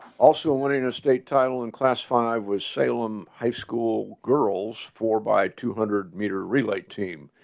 also, winning a state title and classify was salem high school girls. four by two hundred meter relay team.